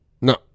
no